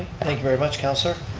thank you very much, councilor.